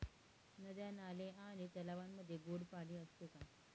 नद्या, नाले आणि तलावांमध्ये गोड पाणी असते